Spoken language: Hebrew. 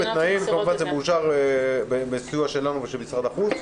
זה מאושר בסיוע שלנו ושל משרד החוץ.